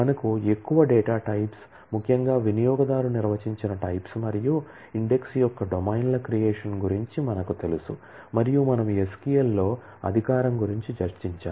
మనకు ఎక్కువ data types ముఖ్యంగా వినియోగదారు నిర్వచించిన టైప్స్ మరియు ఇండెక్స్ యొక్క డొమైన్ల క్రియేషన్ గురించి మనకు తెలుసు మరియు మనము SQL లో అధికారం గురించి చర్చించాము